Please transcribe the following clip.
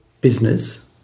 business